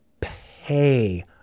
pay